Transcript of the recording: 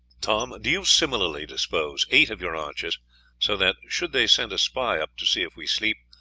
tom, do you similarly dispose eight of your archers so that should they send a spy up to see if we sleep,